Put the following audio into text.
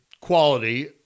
quality